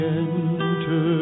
enter